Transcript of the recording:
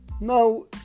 Now